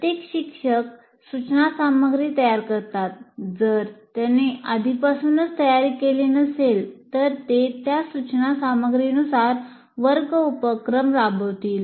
प्रत्येक शिक्षक सूचना सामग्री तयार करतात जर त्याने आधीपासूनच तयारी केली नसेल तर ते त्या सूचना सामग्रीनुसार वर्ग उपक्रम राबवतील